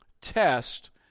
test